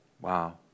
Wow